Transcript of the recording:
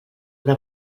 però